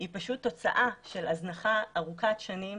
היא פשוט תוצאה של הזנחה ארוכת שנים,